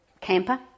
camper